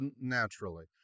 naturally